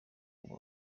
uba